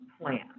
plan